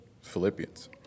Philippians